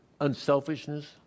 unselfishness